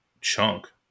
chunk